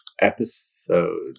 episode